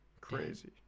Crazy